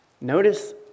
Notice